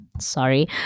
sorry